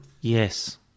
Yes